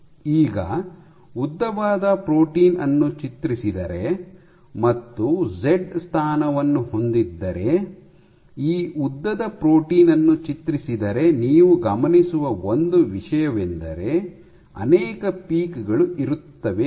ಈಗ ಉದ್ದವಾದ ಪ್ರೋಟೀನ್ ಅನ್ನು ಚಿತ್ರಿಸಿದರೆ ಮತ್ತು ಝೆಡ್ ಸ್ಥಾನವನ್ನು ಹೊಂದಿದ್ದರೆ ಈ ಉದ್ದದ ಪ್ರೋಟೀನ್ ಅನ್ನು ಚಿತ್ರಿಸಿದರೆ ನೀವು ಗಮನಿಸುವ ಒಂದು ವಿಷಯವೆಂದರೆ ಅನೇಕ ಪೀಕ್ ಗಳು ಇರುತ್ತವೆ ಎಂದು